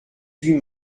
huit